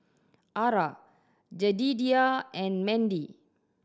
Arah Jedidiah and Mendy